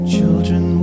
Children